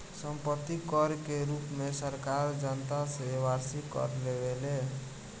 सम्पत्ति कर के रूप में सरकार जनता से वार्षिक कर लेवेले